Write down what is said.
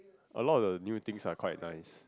a lot of the new things are quite nice